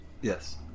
Yes